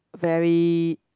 very